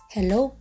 Hello